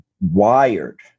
wired